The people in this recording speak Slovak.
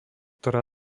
ktorá